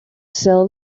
sell